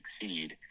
succeed